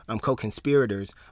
co-conspirators